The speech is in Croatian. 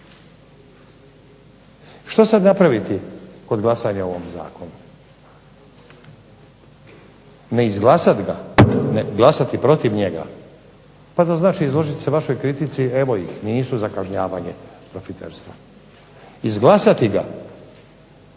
Što sad napraviti kod glasanja o ovom zakonu? Ne izglasati ga? Glasati protiv njega? Pa to znači izložiti se vašoj kritici, evo ih nisu za kažnjavanje profiterstva. Izglasati ga?